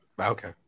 Okay